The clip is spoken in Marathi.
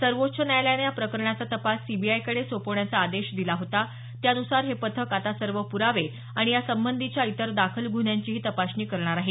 सर्वोच्व न्यायालयानं या प्रकरणाचा तपास सीबीआयकडे सोपवण्याचा आदेश दिला होता त्यानुसार हे पथक आता सर्व पुरावे आणि यासंबंधीच्या इतर दाखल गुन्ह्यांचीही तपासणी करणार आहे